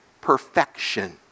Perfection